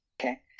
okay